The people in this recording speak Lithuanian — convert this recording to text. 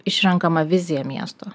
išrenkama vizija miesto